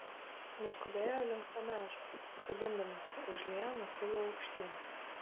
nuskubėjo link to medžio kabindamasi už lianų kilo aukštyn